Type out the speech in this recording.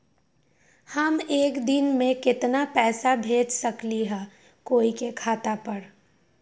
हम एक दिन में केतना पैसा भेज सकली ह कोई के खाता पर?